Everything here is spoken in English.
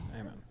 Amen